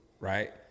right